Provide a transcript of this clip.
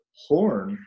horn